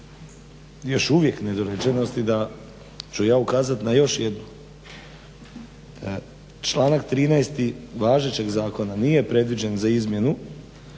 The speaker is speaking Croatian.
još uvijek nedorečenosti da ću ja ukaza na još jednu. Članak 13. važećeg zakona nije predviđen za izmjenu,